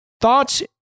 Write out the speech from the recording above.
Thoughts